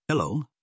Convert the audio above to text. Hello